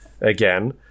again